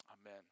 Amen